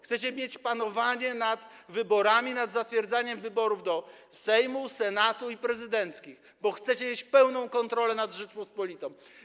Chcecie mieć panowanie nad wyborami, nad zatwierdzaniem wyborów do Sejmu, Senatu i wyborów prezydenckich, bo chcecie mieć pełną kontrolę nad Rzecząpospolitą.